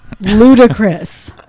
ludicrous